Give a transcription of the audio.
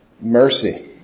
mercy